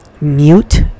mute